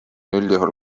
üldjuhul